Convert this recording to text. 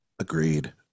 Agreed